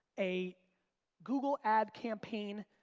a google ad campaign,